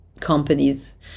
companies